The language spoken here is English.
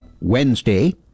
Wednesday